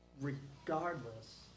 regardless